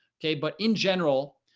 okay, but in general,